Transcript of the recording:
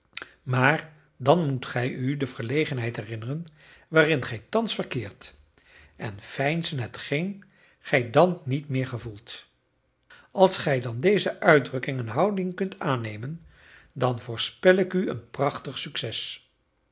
maar dan moet gij u de verlegenheid herinneren waarin gij thans verkeert en veinzen hetgeen gij dan niet meer gevoelt als gij dan deze uitdrukking en houding kunt aannemen dan voorspel ik u een prachtig succès